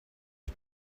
are